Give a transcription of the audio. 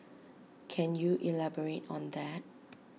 can you elaborate on that